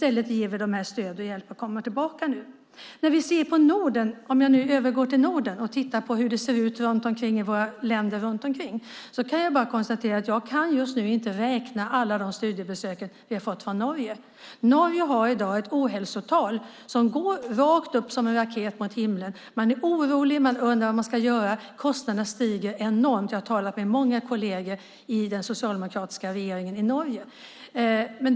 Nu ger vi dem i stället hjälp och stöd att komma tillbaka. Om jag övergår till Norden och tittar på hur det ser ut i länderna runt omkring kan jag bara konstatera att jag just nu inte kan räkna alla studiebesök vi har fått från Norge. Norge har i dag ett ohälsotal som går rakt upp som en raket mot himlen. Man är orolig, och man undrar vad man ska göra. Kostnaderna stiger enormt. Jag har talat med många kolleger i den socialdemokratiska regeringen i Norge.